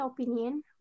opinion